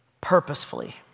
purposefully